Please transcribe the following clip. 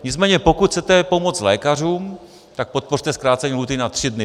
Nicméně pokud chcete pomoci lékařům, tak podpořte zkrácení lhůty na 3 dny.